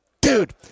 Dude